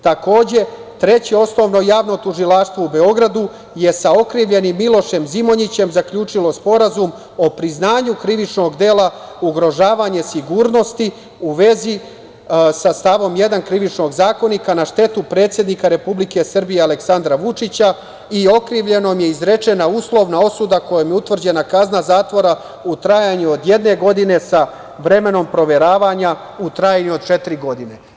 Takođe, Treće osnovno javno tužilaštvo u Beogradu je sa okrivljenim Milošem Zimonjićem zaključilo sporazum o priznanju krivičnog dela – ugrožavanje sigurnosti u vezi sa stavom 1. Krivičnog zakona na štetu predsednika Republike Srbije Aleksandra Vučića i okrivljenom je izrečena uslovna osuda kojom je utvrđena kazna zatvora u trajanju od jedne godine sa vremenom proveravanja u trajanju od četiri godine.